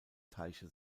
teiche